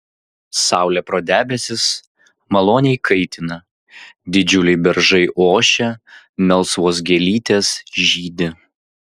saulė pro debesis maloniai kaitina didžiuliai beržai ošia melsvos gėlytės žydi